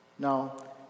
Now